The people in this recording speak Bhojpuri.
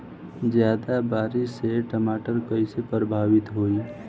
ज्यादा बारिस से टमाटर कइसे प्रभावित होयी?